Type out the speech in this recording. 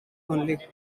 only